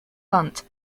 bunt